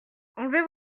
enlevez